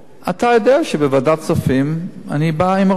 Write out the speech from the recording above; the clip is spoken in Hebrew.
אתה יודע שלוועדת הכספים אני בא עם הרופאים.